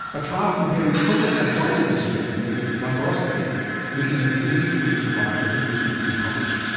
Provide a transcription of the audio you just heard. a trial comparing total abdominal hysterectomy with laparoscopy looking at disease-free survival has recently been published.